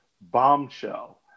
bombshell